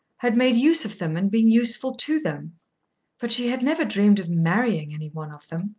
had made use of them and been useful to them but she had never dreamed of marrying any one of them.